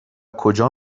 کجا